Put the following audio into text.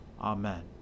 Amen